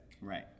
right